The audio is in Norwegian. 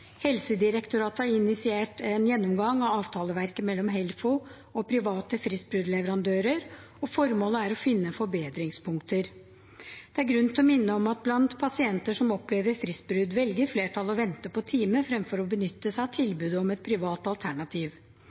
Helsedirektoratet har initiert en gjennomgang av avtaleverket mellom Helfo og private fristbruddleverandører, og formålet er å finne forbedringspunkter. Det er grunn til å minne om at blant pasienter som opplever fristbrudd, velger flertallet å vente på time fremfor å benytte seg av tilbudet om et privat alternativ.